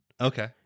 okay